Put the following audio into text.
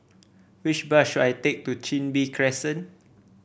which bus should I take to Chin Bee Crescent